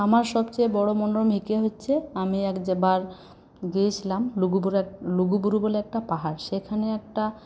আমার সবচেয়ে বড়ো হাইক হচ্ছে আমি এক বার গিয়েছিলাম লুগুবুরু বলে একটা পাহাড় সেখানে একটা